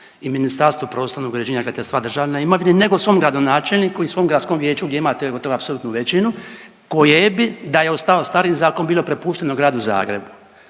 i Ministarstvu prostornog uređenja i graditeljstva, Državne imovine nego svom gradonačelniku i svom Gradskom vijeću gdje imate gotovo apsolutnu većinu koje bi da je ostao stari zakon bilo prepušteno gradu Zagrebu.